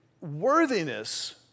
worthiness